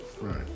Right